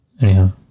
Anyhow